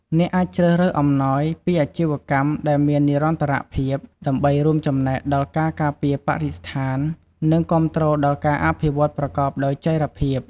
អ្នកអាចជ្រើសរើសអំណោយពីអាជីវកម្មដែលមាននិរន្តរភាព ដើម្បីរួមចំណែកដល់ការការពារបរិស្ថាន និងគាំទ្រដល់ការអភិវឌ្ឍប្រកបដោយចីរភាព។